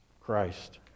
Christ